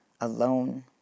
alone